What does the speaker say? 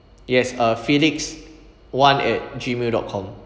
yes uh felix one at Gmail dot com